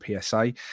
PSA